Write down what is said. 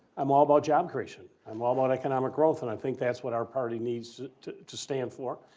i'm all about job creation. i'm all about economic growth and i think that's what our party needs to to stand for.